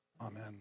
Amen